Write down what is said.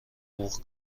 بوق